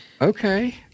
Okay